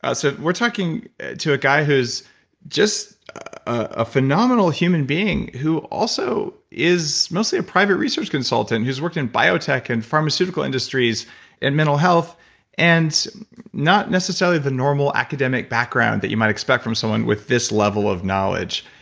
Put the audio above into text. ah so we're talking to a guy who's just a phenomenal human being who also is mostly a private research consultant whose work in biotech and pharmaceutical industries and mental health and not necessarily the normal academic background that you might expect from someone with this level of knowledge.